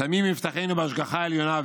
שמים מבטחנו בהשגחה העליונה,